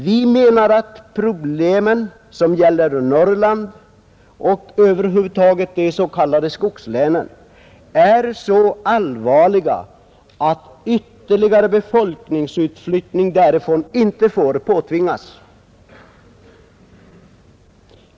Vi menar att de problem som gäller Norrland och över huvud taget de s.k. skogslänen är så allvarliga att ytterligare befolkningsutflyttning därifrån inte får påtvingas.